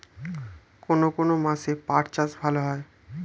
কোন কোন মাসে পাট চাষ ভালো হয়?